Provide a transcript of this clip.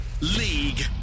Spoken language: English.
League